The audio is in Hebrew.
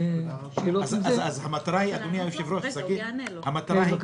אדוני היושב-ראש, המטרה היא